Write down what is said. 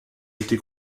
été